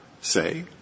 say